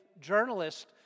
journalist